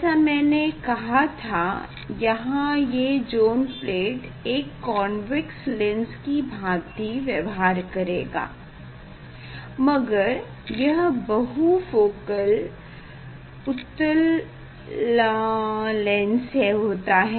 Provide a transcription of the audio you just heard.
जैसा मैने कहा था यहाँ ये ज़ोन प्लेट एक कॉन्वैक्स लैन्स की भाँति व्यवहार करेगा मगर यह बहुफोकल उत्तल लेंस होता है